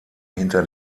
hinter